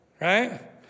right